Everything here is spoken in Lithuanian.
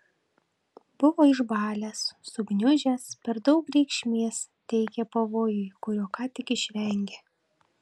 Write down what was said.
buvo išbalęs sugniužęs per daug reikšmės teikė pavojui kurio ką tik išvengė